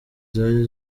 zari